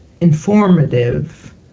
informative